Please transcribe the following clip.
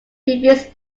previous